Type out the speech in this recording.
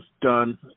done